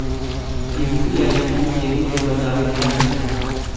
UPI PIN केहू के बतावे के ना चाही